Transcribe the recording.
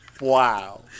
Wow